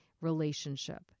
relationship